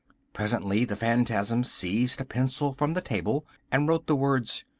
presently the phantasm seized a pencil from the table, and wrote the words,